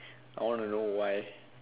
I want to know why